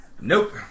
Nope